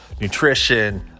nutrition